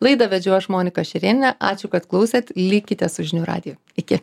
laidą vedžiau aš monika šerėniene ačiū kad klausėt likite su žinių radiju iki